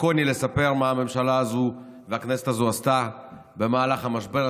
לקוני לספר מה הממשלה הזאת והכנסת הזאת עשתה במהלך המשבר.